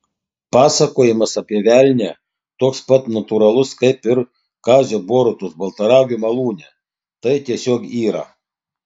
pasakojimas apie velnią toks pat natūralus kaip ir kazio borutos baltaragio malūne tai tiesiog yra